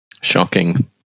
Shocking